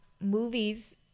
movies